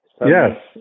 yes